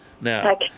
Now